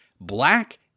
black